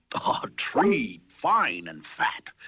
a tree fine and fat.